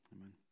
Amen